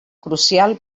crucial